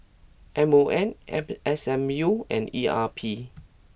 M O M app S M U and E R P